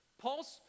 Paul's